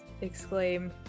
exclaim